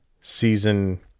season